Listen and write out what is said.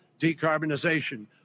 decarbonization